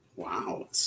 Wow